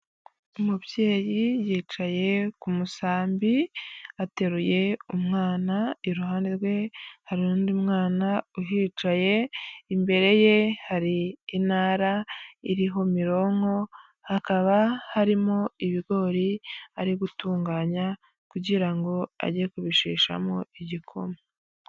Umubyeyi yicaye ku musambi ateruye umwana, iruhande rwe hari undi mwana uhicaye, imbere ye hari intara iriho mironko hakaba harimo ibigori ari gutunganya kugira ngo ajye kubisheshamo igikoma.